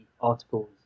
articles